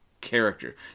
character